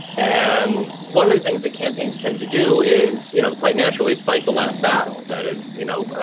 and one of the things that campaigns tend to do is, you know, quite naturally is fight the last battle that is, you know,